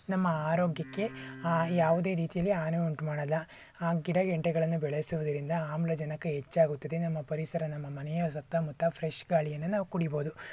ನಮ್ಮ ಆರೋಗ್ಯಕ್ಕೆ ಯಾವುದೇ ರೀತಿಯಲ್ಲಿ ಹಾನಿ ಉಂಟು ಮಾಡೋಲ್ಲ ಆ ಗಿಡ ಗೆಂಟೆಗಳನ್ನು ಬೆಳೆಸುವುದರಿಂದ ಆಮ್ಲಜನಕ ಹೆಚ್ಚಾಗುತ್ತದೆ ನಮ್ಮ ಪರಿಸರ ನಮ್ಮ ಮನೆಯ ಸುತ್ತಮುತ್ತ ಫ್ರೆಶ್ ಗಾಳಿಯನ್ನು ನಾವು ಕುಡೀಬೋದು